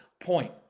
point